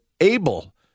able